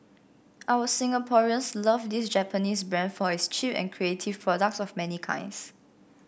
our Singaporeans love this Japanese brand for its cheap and creative products of many kinds